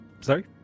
Sorry